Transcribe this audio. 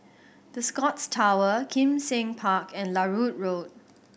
The Scotts Tower Kim Seng Park and Larut Road